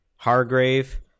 Hargrave